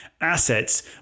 assets